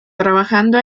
trabajando